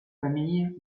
familles